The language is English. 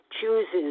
chooses